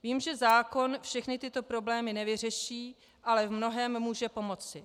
Vím, že zákon všechny tyto problémy nevyřeší, ale v mnohém může pomoci.